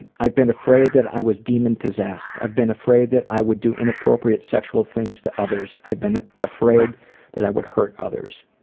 and i've been afraid that i was demon-possessed. i've been afraid that i would do inappropriate sexual things to others. i've been afraid that i would hurt others.